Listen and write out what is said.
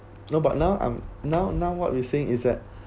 no but now I'm now now what you saying is that